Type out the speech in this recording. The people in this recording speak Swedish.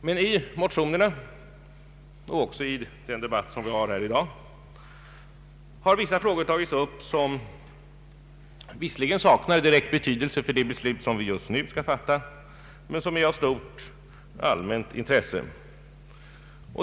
Men i motionerna och också i den debatt vi har här i dag har vissa frågor tagits upp, som visserligen saknar direkt betydelse för de beslut vi just nu skall fatta men som är av stort allmänt intresse.